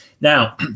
Now